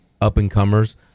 up-and-comers